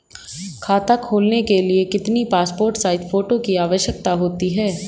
खाता खोलना के लिए कितनी पासपोर्ट साइज फोटो की आवश्यकता होती है?